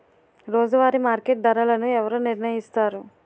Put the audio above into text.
రోజువారి మార్కెట్ ధరలను ఎవరు నిర్ణయిస్తారు?